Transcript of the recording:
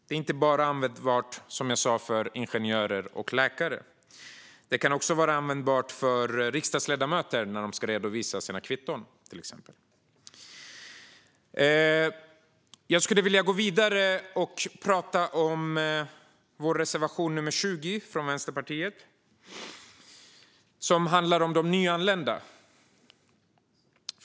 Det är, som jag sa, användbart inte bara för ingenjörer och läkare. Det kan också vara användbart för riksdagsledamöter när de ska redovisa sina kvitton, till exempel. Jag skulle vilja gå vidare och tala om vår reservation 20 från Vänsterpartiet, som handlar om de nyanlända.